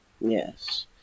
Yes